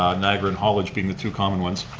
um niagara and hollage being the two common ones.